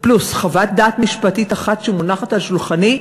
פלוס חוות דעת משפטית אחת שמונחת על שולחני,